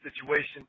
situation